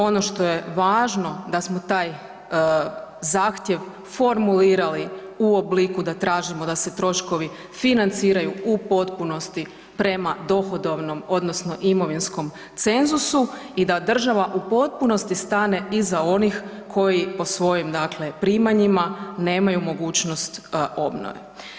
Ono što je važno da smo taj zahtjev formulirali, u obliku, da tražimo da se troškovi financiraju u potpunosti prema dohodovnom odnosno imovinskom cenzusu i da država u potpunosti stane iza onih koji, po svojim dakle, primanjima, nemaju mogućnost obnove.